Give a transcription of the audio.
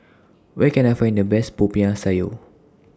Where Can I Find The Best Popiah Sayur